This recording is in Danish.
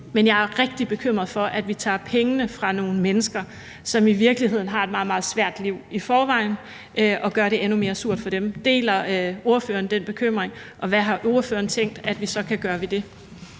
men jeg er rigtig bekymret for, at vi tager pengene fra nogle mennesker, som i virkeligheden har et meget, meget svært liv i forvejen, og gør det endnu mere surt for dem. Deler ordføreren den bekymring, og hvad har ordføreren tænkt at vi så kan gøre ved det?